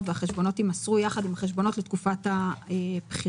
והחשבונות יימסרו ביחד עם החשבונות לתקופת הבחירות.